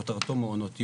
כותרתו "מעונות יום".